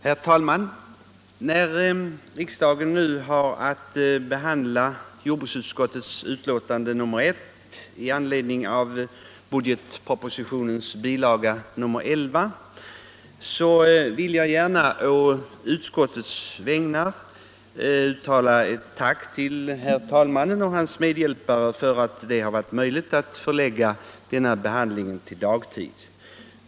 Herr talman! När riksdagen nu har att behandla jordbruksutskottets betänkandernr 1 i anledning av budgetpropositionens bilaga 11, vill jag gärna på utskottets vägnar uttala ett tack till herr talmannen och hans medhjälpare för att det varit möjligt att förlägga denna behandling till dagtid.